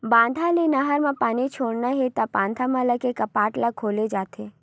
बांधा ले नहर म पानी छोड़ना होथे त बांधा म लगे कपाट ल खोले जाथे